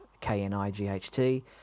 K-N-I-G-H-T